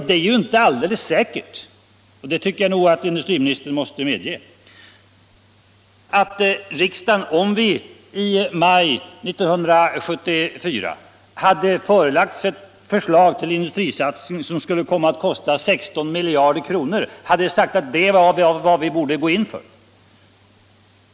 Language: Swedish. Det är ju inte alldeles säkert att riksdagen, om den i maj 1974 hade förelagts ett förslag till en industrisatsning som skulle komma att kosta 16 miljarder kronor, hade sagt att det var vad vi borde gå in för.